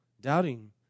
doubting